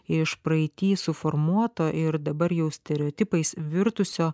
iš praeity suformuoto ir dabar jau stereotipais virtusio